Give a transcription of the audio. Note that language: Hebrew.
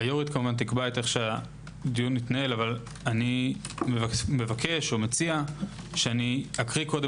היו"רית תקבע איך הדיון מתנהל אבל אני מבקש או מציע שאקריא קודם